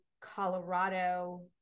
Colorado